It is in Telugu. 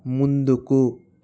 ముందుకు